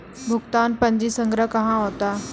भुगतान पंजी संग्रह कहां होता हैं?